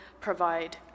provide